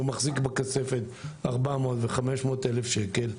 הוא מחזיק בכספת 400 ו-500 אלף שקלים.